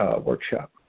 workshop